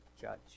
judge